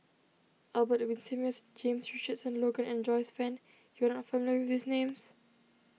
Albert Winsemius James Richardson Logan and Joyce Fan you are not familiar with these names